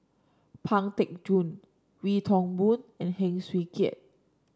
Pang Teck Joon Wee Toon Boon and Heng Swee Keat